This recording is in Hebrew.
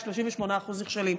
היו 38% נכשלים.